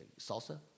salsa